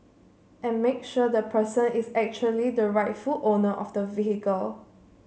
and make sure the person is actually the rightful owner of the vehicle